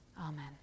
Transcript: Amen